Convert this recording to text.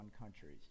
countries